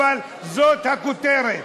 אבל זאת הכותרת.